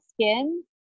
skin